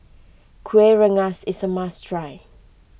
Kueh Rengas is a must try